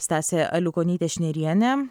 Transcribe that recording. stasė aliukonytė šnirienė